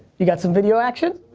you got some video action?